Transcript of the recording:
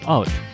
Out